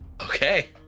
Okay